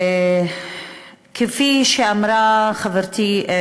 כפי שאמרה חברתי,